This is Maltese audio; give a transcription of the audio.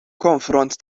konfront